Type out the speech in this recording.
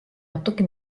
natuke